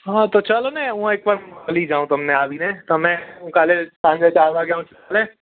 હા તો ચાલોને હું એક વાર મળી જાવ તમને આવીને તમે કાલે સાંજે ચાર વાગે આવું તો ચાલે